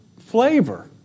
flavor